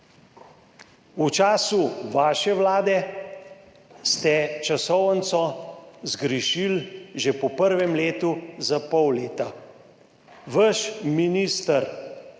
V času vaše vlade ste časovnico zgrešili že po prvem letu za pol leta. Vaš minister